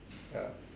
ya